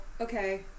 okay